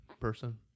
person